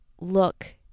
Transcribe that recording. look